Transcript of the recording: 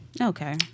Okay